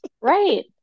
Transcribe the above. right